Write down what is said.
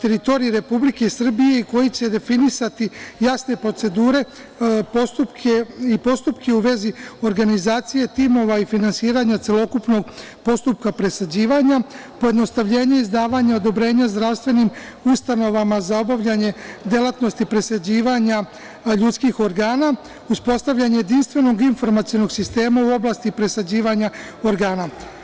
teritoriji Republike Srbije i koji će definisati jasne procedure i postupke u vezi organizacije timova i finansiranja celokupnog postupka presađivanja, pojednostavljenje izdavanja odobrenja zdravstvenim ustanovama za obavljanje delatnosti presađivanja ljudskih organa, uspostavljanje jedinstvenog informacionog sistema u oblasti presađivanja organa.